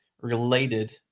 related